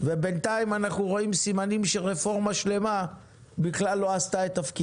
בינתיים אנחנו רואים סימנים על פיהם הרפורמה הזו לא הועילה.